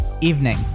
evening